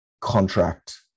contract